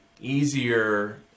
easier